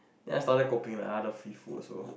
then I started koping the other free food also